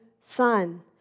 son